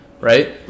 right